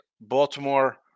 Baltimore